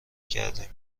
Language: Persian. کردیم